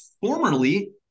formerly